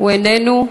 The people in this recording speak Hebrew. הוא איננו.